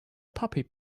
puppy